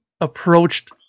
approached